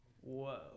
Whoa